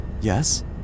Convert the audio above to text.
Yes